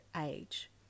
age